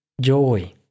joy